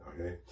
okay